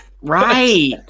Right